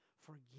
forgive